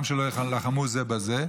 גם שלא יילחמו זה בזה,